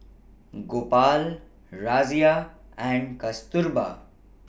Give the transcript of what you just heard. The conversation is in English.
Gopal Razia and Kasturba